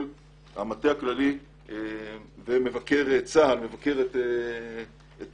המטה הכללי ומבקר צה"ל מבקרים את הצבא,